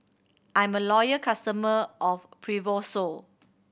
I'm a loyal customer of Fibrosol